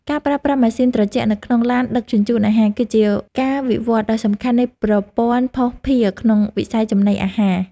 ការប្រើប្រាស់ម៉ាស៊ីនត្រជាក់នៅក្នុងឡានដឹកជញ្ជូនអាហារ គឺជាការវិវត្តដ៏សំខាន់នៃប្រព័ន្ធភស្តុភារក្នុងវិស័យចំណីអាហារ។